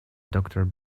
doctor